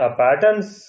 patterns